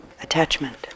Attachment